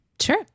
sure